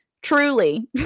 Truly